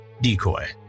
decoy